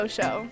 Show